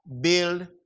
build